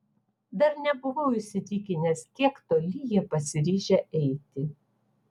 dar nebuvau įsitikinęs kiek toli jie pasiryžę eiti